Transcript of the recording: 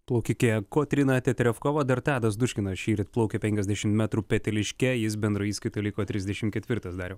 plaukikė kotryna teterevkova dar tadas duškinas šįryt plaukė penkiasdešim metrų peteliške jis bendroje įskaitoje liko trisdešim ketvirtas dariau